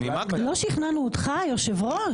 לא שכנענו אותך, היושב ראש?